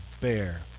bear